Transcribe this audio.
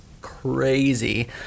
crazy